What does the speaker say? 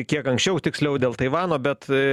kiek anksčiau tiksliau dėl taivano bet